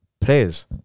players